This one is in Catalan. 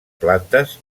plantes